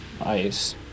ice